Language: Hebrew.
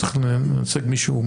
צריך מישהו,